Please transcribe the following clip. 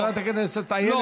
לא, חס וחלילה.